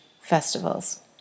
festivals